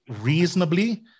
reasonably